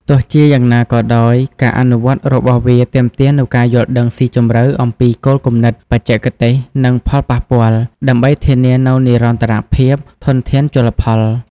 ទោះជាយ៉ាងណាក៏ដោយ ការអនុវត្តរបស់វាទាមទារនូវការយល់ដឹងស៊ីជម្រៅអំពីគោលគំនិត បច្ចេកទេស និងផលប៉ះពាល់ ដើម្បីធានានូវនិរន្តរភាពធនធានជលផល។